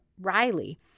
Riley